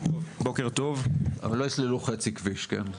הם לא יסללו חצי כביש, כן?